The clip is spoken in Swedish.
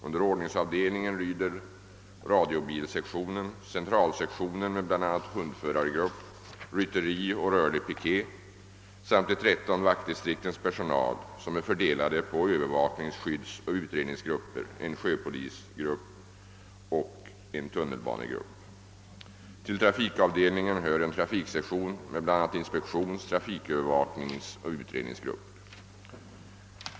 Under ordningsavdelningen lyder radiobilsektionen, centralsektionen med bl.a. hundförargrupp, rytteri och rörlig piket samt de 13 vaktdistriktens personal, som är fördelade på Öövervaknings-, skyddsoch utredningsgrupper, en sjöpolisgrupp och en tunnelbanegrupp. Till trafikavdelningen hör en trafiksektion med bl.a. inspektions-, trafikövervakningsoch utredningsgrupper.